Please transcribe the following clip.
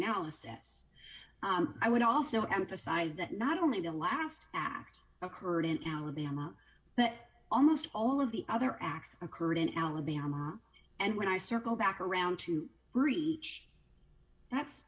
analysis i would also emphasize that not only the last act occurred in alabama but almost all of the other acts occurred in alabama and when i circle back around to reach that's